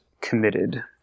committed